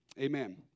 Amen